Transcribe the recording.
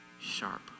sharp